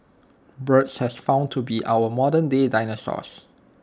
birds have been found to be our modernday dinosaurs